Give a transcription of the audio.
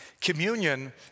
Communion